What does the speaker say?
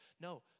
No